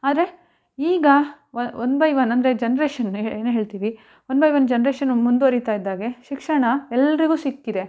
ಆದರೆ ಈಗ ವ ಒನ್ ಬೈ ಒನ್ ಅಂದರೆ ಜನ್ರೇಶನ್ ಏನು ಹೇಳ್ತೀವಿ ಒನ್ ಬೈ ಒನ್ ಜನ್ರೇಶನ್ ಮುಂದುವರೀತ ಇದ್ದ ಹಾಗೆ ಶಿಕ್ಷಣ ಎಲ್ಲರಿಗೂ ಸಿಕ್ಕಿದೆ